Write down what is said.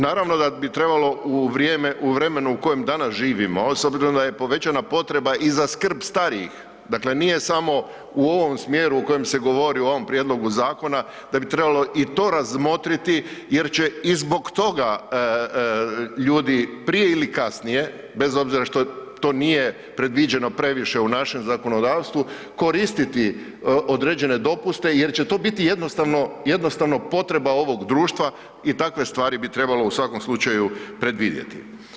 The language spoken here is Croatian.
Naravno da bi trebalo u vrijeme, u vremenu u kojem danas živimo, osobito da je povećana potreba i za skrb starijih, dakle nije samo u ovom smjeru u kojem se govori o ovom prijedlogu zakona da bi trebalo i to razmotriti jer će i zbog toga ljudi prije ili kasnije, bez obzira što to nije predviđeno previše u našem zakonodavstvu, koristiti određene dopuste jer će to biti jednostavno, jednostavno potreba ovog društva i takve stvari bi trebalo u svakom slučaju predvidjeti.